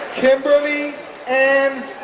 kimberlee and